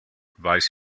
weiß